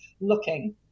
looking